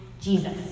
Jesus